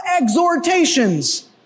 exhortations